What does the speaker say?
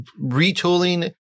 retooling